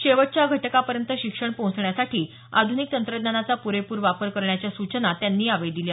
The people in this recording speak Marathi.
शेवटच्या घटकापर्यंत शिक्षण पोहोचण्यासाठी आध्निक तंत्रज्ञानाचा पुरेपूर वापर करण्याच्या सूचना त्यांनी केल्या